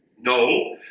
no